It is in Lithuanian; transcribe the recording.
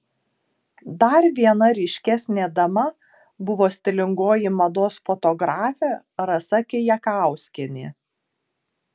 dar viena ryškesnė dama buvo stilingoji mados fotografė rasa kijakauskienė